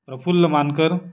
Praful Mankar